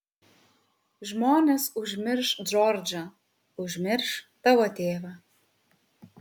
žmonės užmirš džordžą užmirš tavo tėvą